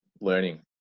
learning